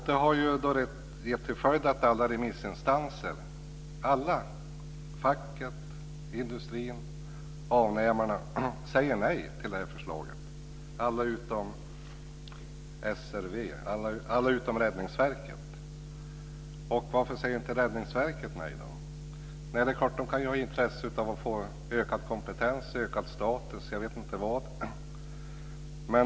Detta har haft till följd att alla remissinstanser utom Räddningsverket - facket, industrin och avnämarna - säger nej till förslaget. Varför säger inte Räddningsverket nej? Det kan ju ha intresse av att få ökad kompetens eller ökad status. Jag vet inte.